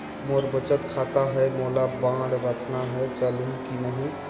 मोर बचत खाता है मोला बांड रखना है चलही की नहीं?